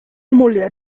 mulher